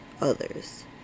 others